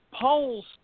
polls